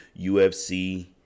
UFC